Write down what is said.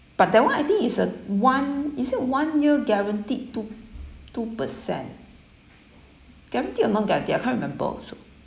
but that one I think is a one is it one year guaranteed two two percent guarantee or non-guarantee I can't remember also